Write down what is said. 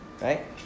right